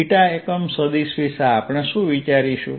rsinθcosϕxsinθsinϕycosθz એકમ સદિશ વિશે આપણે શું વિચારીશું